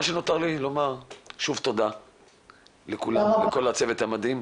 מה שנותר לי לומר הוא שוב תודה לכל הצוות המדהים,